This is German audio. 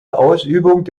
ausübung